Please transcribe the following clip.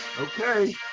Okay